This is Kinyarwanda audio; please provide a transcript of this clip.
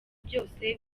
byose